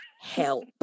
Help